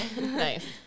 Nice